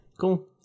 cool